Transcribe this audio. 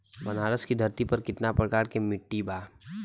बनारस की धरती पर कितना प्रकार के मिट्टी बा?